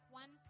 one